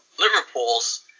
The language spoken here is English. Liverpool's